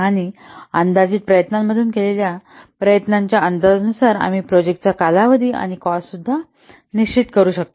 आणि अंदाजित प्रयत्नांमधून केलेल्या प्रयत्नांच्या अंदाजानुसार आम्ही प्रोजेक्टाचा कालावधी आणि कॉस्ट निश्चित करू शकतो